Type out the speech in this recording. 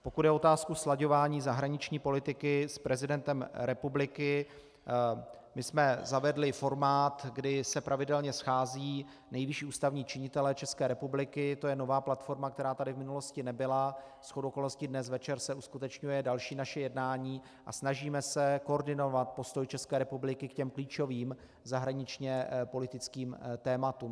Pokud jde o otázku slaďování zahraniční politiky s prezidentem republiky, my jsme zavedli formát, kdy se pravidelně scházejí nejvyšší ústavní činitelé České republiky, to je nová platforma, která tady v minulosti nebyla, shodou okolností dnes večer se uskutečňuje další naše jednání, a snažíme se koordinovat postoj České republiky k těm klíčovým zahraniční politickým tématům.